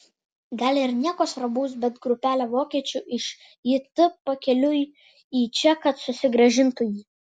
gal ir nieko svarbaus bet grupelė vokiečių iš jt jau pakeliui į čia kad susigrąžintų jį